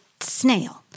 snail